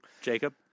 Jacob